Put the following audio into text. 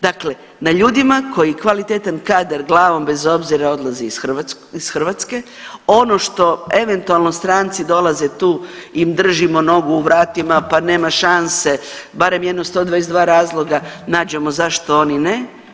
Dakle, na ljudima koji kvalitetan kadar glavom bez obzira odlazi iz Hrvatske, ono što eventualno stranci dolaze tu im držimo nogu u vratima pa nema šanse barem jedno 122 razloga zašto oni ne.